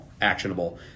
actionable